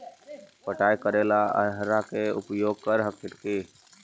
पटाय करे ला अहर्बा के भी उपयोग कर हखिन की?